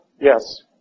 Yes